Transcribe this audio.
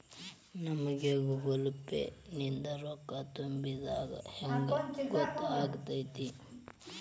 ನಮಗ Google Pay app ನಿಂದ ರೊಕ್ಕಾ ತುಂಬಿದ್ದ ಹೆಂಗ್ ಗೊತ್ತ್ ಆಗತೈತಿ?